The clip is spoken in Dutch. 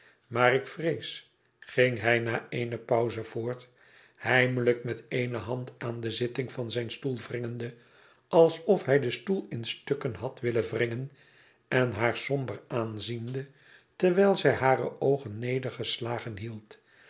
ik vrees ging hij na eene pauze voort heimelijk met ééae hand aan de zitting van zijn stoel wringende alsof hij den stoel in stukken had willen wringen en haar somber aanziende terwijl zij hare oogen neergeslagen hield